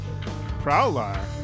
Prowler